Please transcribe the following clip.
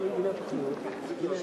תשאל אותי.